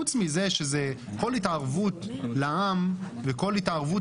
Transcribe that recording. חוץ מזה שכל התערבות לעם וכל התערבות